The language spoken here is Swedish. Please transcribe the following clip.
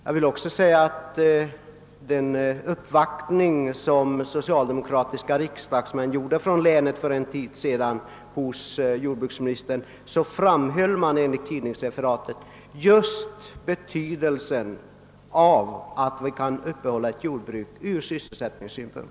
Jag vill också påpeka att vid den uppvaktning som socialdemokratiska riksdagsmän från Norrbottens län för en tid sedan gjorde hos jordbruksministern framhöll de — enligt tidningsreferat — just betydelsen från sysselsättningssynpunkt av att vi kan upprätthålla ett jordbruk.